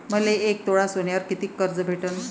मले एक तोळा सोन्यावर कितीक कर्ज भेटन?